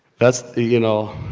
that's the, you know,